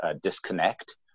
disconnect